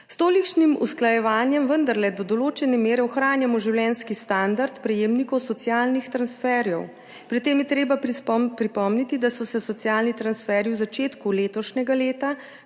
S tolikšnim usklajevanjem vendarle do določene mere ohranjamo življenjski standard prejemnikov socialnih transferjev. Pri tem je treba pripomniti, da so se socialni transferji v začetku letošnjega leta